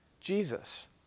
Jesus